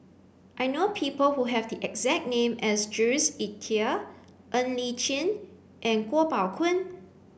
I know people who have the exact name as Jules Itier Ng Li Chin and Kuo Pao Kun